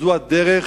וזאת הדרך